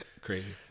Crazy